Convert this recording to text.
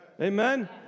Amen